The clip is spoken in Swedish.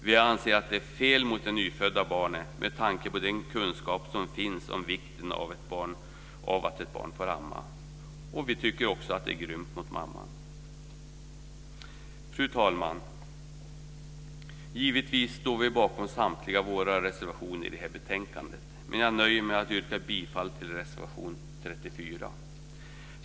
Vi anser att det är fel mot det nyfödda barnet med tanke på den kunskap som finns om vikten av att ett barn ammas. Vi tycker också att det är grymt mot mamman. Fru talman! Givetvis står vi bakom samtliga våra reservationer i det här betänkandet, men jag nöjer mig med att yrka bifall till reservation 34.